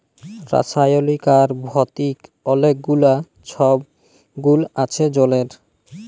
রাসায়লিক আর ভতিক অলেক গুলা ছব গুল আছে জলের